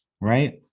right